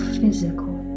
physical